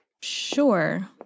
Sure